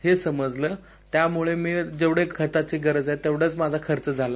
हे समजलं त्यामुळे मला जेवढ्या खताची गरज आहे तेवढाच माझा खर्च झाला